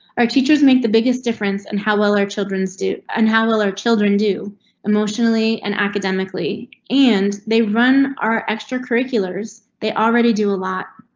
our teachers make the biggest difference and how well our children's do and how well our children do emotionally and academically. and they run our extracurriculars. they already do a lot.